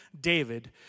David